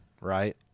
right